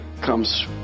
comes